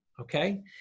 okay